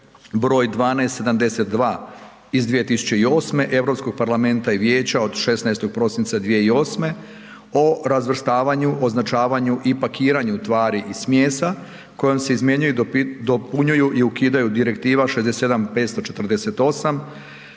br. 1272/2008 Europskog parlamenta i Vijeća od 16. prosinca 2006. o razvrstavanju, označavanju i pakiranju tvari i smjesa kojom se izmjenjuju, dopunjuju ukidaju Direktiva 67/548